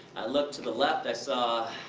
i look to the left i saw,